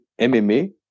MMA